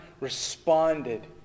responded